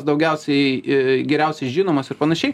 daugiausiai geriausiai žinomas ir panašiai